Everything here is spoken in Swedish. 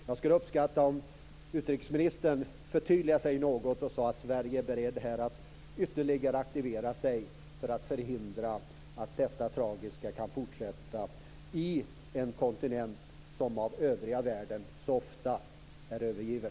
Jag skulle uppskatta om utrikesministern förtydligade sig något och sade att man från svensk sida är beredd att aktivera sig ytterligare för att förhindra att tragiken fortsätter på denna kontinent som så ofta är övergiven av övriga världen.